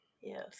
Yes